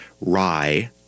rye